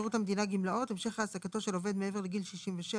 שירות המדינה (גמלאות) (המשך העסקתו של עובד מעבר לגיל 67),